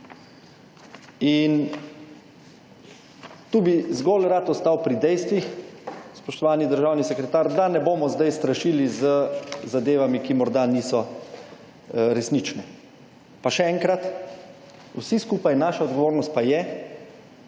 In tu bi zgolj rad ostal pri dejstvih, spoštovani državni sekretar, da ne bomo zdaj strašili z zadevami, ki morda niso resnične. Pa še enkrat. Vsi skupaj, naša odgovornost pa je